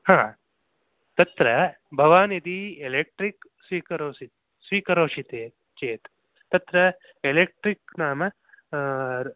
हा तत्र भवान् यदि एलेक्ट्रिक् स्वीकरोषि स्वीकरोषि ते चेत् तत्र एलेक्ट्रिक् नाम